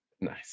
nice